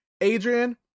Adrian